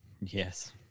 yes